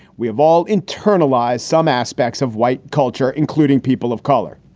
we have all internalized some aspects of white culture, including people of color.